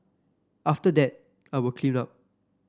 after that I will clean up